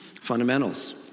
Fundamentals